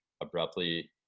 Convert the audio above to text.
abruptly